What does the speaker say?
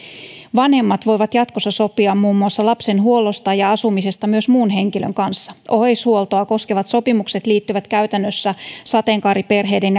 vanhemmat voivat jatkossa sopia muun muassa lapsen huollosta ja asumisesta myös muun henkilön kanssa oheishuoltoa koskevat sopimukset liittyvät käytännössä sateenkaariperheiden